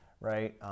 right